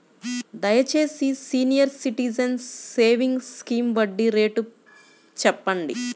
దయచేసి senior citizens savings scheme వడ్డీ rate చెప్పండి